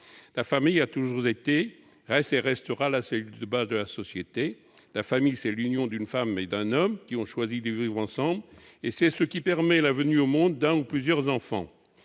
La famille a toujours été, reste et restera la cellule de base de la société. La famille, c'est l'union d'une femme et d'un homme qui ont choisi de vivre ensemble, et c'est ce qui permet la venue au monde d'un ou de plusieurs enfants.